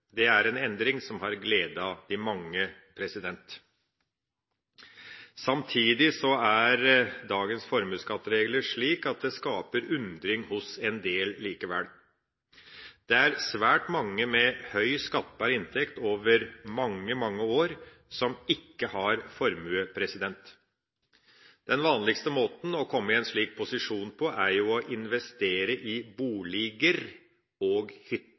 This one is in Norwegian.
Det er en endring som har gledet de mange. Samtidig er dagens formuesskatteregler slik at de likevel skaper undring hos en del. Det er svært mange med høy skattbar inntekt over mange år som ikke har formue. Den vanligste måten å komme i en slik posisjon på er å investere i boliger og hytter